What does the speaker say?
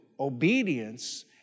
obedience